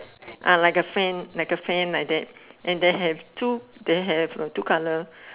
ah like a fan like a fan like that and they have two they have two colour